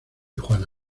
juana